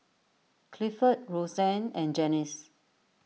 Clifford Rosanne and Janyce